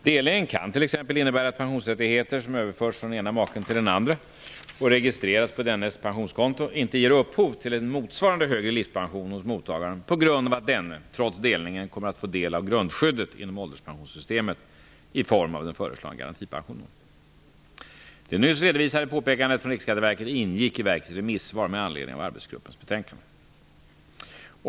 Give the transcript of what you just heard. Delningen kan t.ex. innebär att pensionsrättigheter som överförts från den ena maken till den andra och registrerats på dennes pensionskonto inte ger upphov till en motsvarande högre livspension hos mottagaren på grund av att denne trots delningen kommer att få del av grundskyddet inom ålderspensionssystemet i form av den föreslagna garantipensionen. Det nyss redovisade påpekandet från Riksskatteverket ingick i verkets remissvar med anledning av arbetsgruppens betänkande.